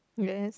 yes